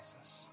Jesus